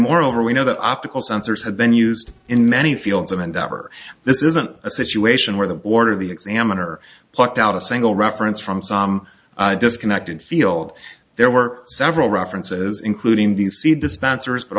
moreover we know that optical sensors have been used in many fields of endeavor this isn't a situation where the board of the examiner plucked out a single reference from some disconnected field there were several references including the seed dispensers but